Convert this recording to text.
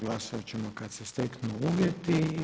Glasovat ćemo kada se steknu uvjeti.